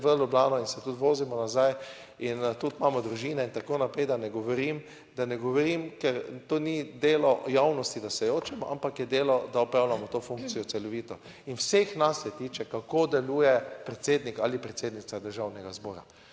v Ljubljano in se tudi vozimo nazaj in tudi imamo družine in tako naprej. Da ne govorim, ker to ni delo javnosti, da se jočemo, ampak je delo, da opravljamo to funkcijo celovito. in vseh nas se tiče kako deluje predsednik ali predsednica Državnega zbora.